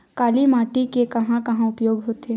काली माटी के कहां कहा उपयोग होथे?